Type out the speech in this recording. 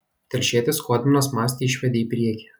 telšietis skodminas mastį išvedė į priekį